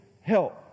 help